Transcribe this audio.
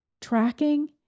tracking